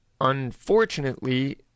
Unfortunately